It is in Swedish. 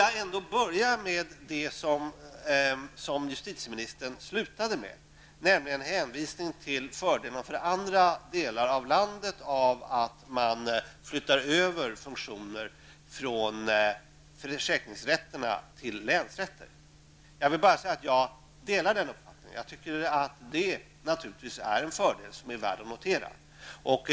Jag vill börja med det som justitieministern avslutade med, nämligen hänvisningen till fördelen för andra delar av landet med att man flyttar över funktioner från försäkringsrätterna till länsrätterna. Jag delar justitieministerns uppfattning. Det innebär en fördel som är värd att notera.